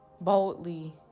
boldly